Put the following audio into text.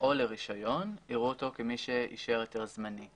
או לרישיון, יראו אותו כמי שאישר היתר זמני.